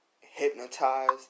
hypnotized